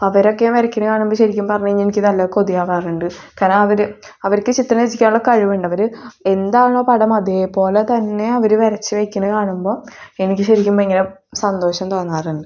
അവരൊക്കെ വരക്കുന്ന കാണുമ്പോൾ ശരിക്കും പറഞ്ഞഴിഞ്ഞാൽ എനിക്ക് നല്ല കൊതിയാവാറുണ്ട് കാരണം അവർ അവർക്ക് ചിത്രം രചിക്കാനുള്ള കഴിവുണ്ട് അവർ എന്താണോ പടം അതേപോലെ തന്നെ അവർ വരച്ച് വെയ്ക്കണ കാണുമ്പോൾ എനിക്ക് ശരിക്കും ഭയങ്കര സന്തോഷം തോന്നാറുണ്ട്